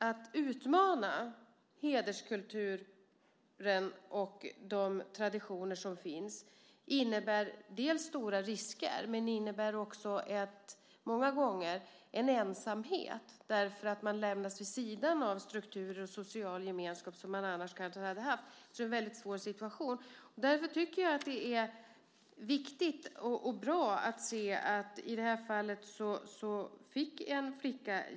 Att utmana hederskulturen och de traditioner som finns innebär stora risker, men många gånger innebär det också en ensamhet då man lämnas vid sidan av de strukturer och den sociala gemenskap som man annars kanske hade haft. Det är alltså en mycket svår situation, och därför tycker jag att det är viktigt och bra att flickan i det här fallet fick hjälp.